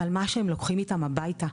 אבל מה שהם לוקחים איתם הבייתה,